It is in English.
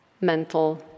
mental